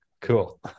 Cool